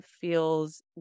feels